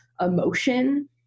emotion